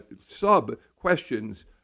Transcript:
sub-questions